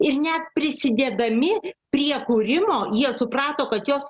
ir net prisidėdami prie kūrimo jie suprato kad jos